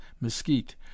mesquite